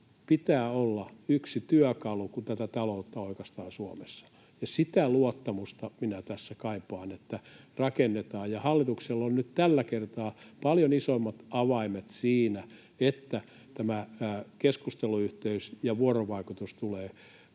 pitää olla yksi työkalu, kun tätä taloutta oikaistaan Suomessa. Ja minä tässä kaipaan, että sitä luottamusta tässä rakennetaan, ja hallituksella on nyt tällä kertaa paljon isommat avaimet siinä, että tämä keskusteluyhteys ja vuorovaikutus tulee